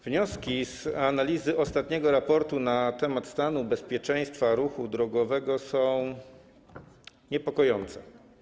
Wnioski z analizy ostatniego raportu na temat stanu bezpieczeństwa ruchu drogowego są niepokojące.